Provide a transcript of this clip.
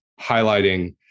highlighting